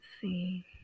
see